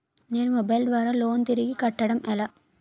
నేను మొబైల్ ద్వారా లోన్ తిరిగి కట్టడం ఎలా?